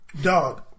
Dog